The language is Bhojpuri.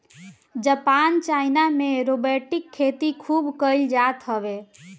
जापान चाइना में रोबोटिक खेती खूब कईल जात हवे